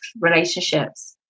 relationships